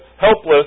helpless